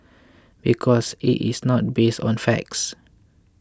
because it is not based on facts